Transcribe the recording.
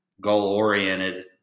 goal-oriented